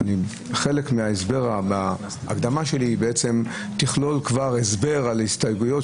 חלק מההקדמה שלי כולל כבר הסבר על ההסתייגויות.